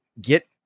get